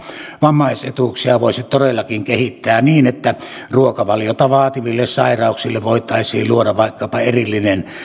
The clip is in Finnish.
vammaisetuuksia voisi todellakin kehittää niin että ruokavaliota vaativille sairauksille voitaisiin luoda vaikkapa erillinen